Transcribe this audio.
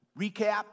recap